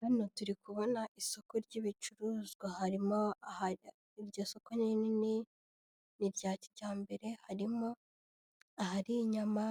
Hano turi kubona isoko ry'ibicuruzwa, harimo iryo soko rinini n'irya kijyambere harimo ahari inyama,